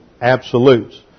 absolutes